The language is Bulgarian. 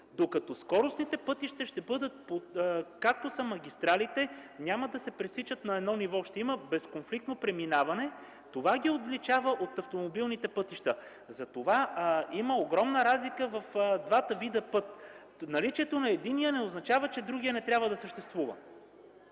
докато скоростните пътища ще бъдат, както са магистралите, няма да се пресичат на едно ниво, ще има безконфликтно преминаване и това ги отличава от автомобилните пътища. Има огромна разлика в двата вида път. Наличието на единия не означава, че другият не трябва да съществува.